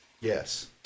Yes